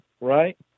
right